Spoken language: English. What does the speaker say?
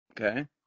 Okay